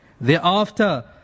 thereafter